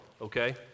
okay